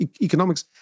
economics